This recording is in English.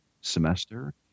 semester